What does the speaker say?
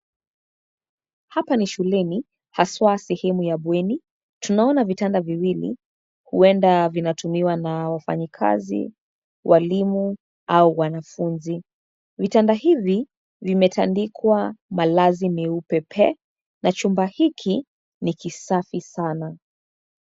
Hapa ni shuleni, haswa sehemu ya bweni, tunaona vitanda viwili, huenda vinatumiwa na wafanyikazi, walimu au wanafunzi, vitanda hivi, vimetandikwa malazi meupe pe, na chumba hiki, ni kisafi sana.